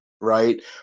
right